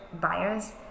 buyers